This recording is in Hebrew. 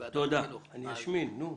תודה, אני אשמין, נו.